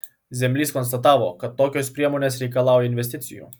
zemlys konstatavo kad tokios priemonės reikalauja investicijų